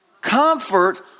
Comfort